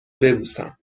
ببوسم